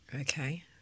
Okay